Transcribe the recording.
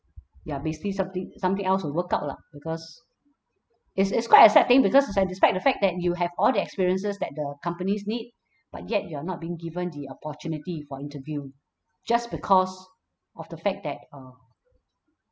ya basically something something else will work out lah because it's it's quite a sad thing because it's like despite the fact that you have all the experiences that the companies need but yet you're not being given the opportunity for interview just because of the fact that uh